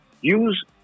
Use